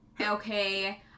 Okay